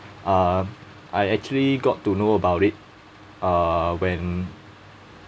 um I actually got to know about it uh when